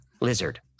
Lizard